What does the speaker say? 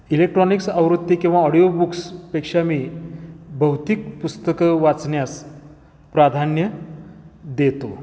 electronics आवृत्ती किंवा ऑडिओबुक्सपेक्षा मी भौतिक पुस्तकं वाचण्यास प्राधान्य देतो